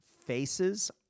faces